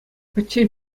пӗччен